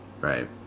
Right